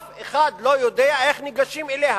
אף אחד לא יודע איך ניגשים אליה.